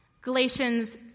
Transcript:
Galatians